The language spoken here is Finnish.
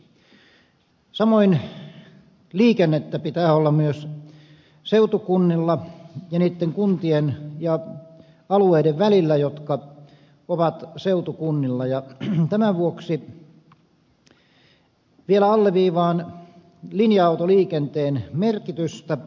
samoin liikennettä pitää olla myös seutukunnilla ja niitten kuntien ja alueiden välillä jotka ovat seutukunnilla ja tämän vuoksi vielä alleviivaan linja autoliikenteen merkitystä maaseudulla